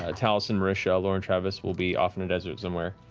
ah taliesin, marisha, laura, and travis will be off in the desert somewhere.